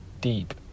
deep